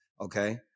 Okay